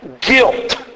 Guilt